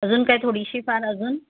अजून काय थोडीशी फार अजून